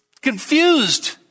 confused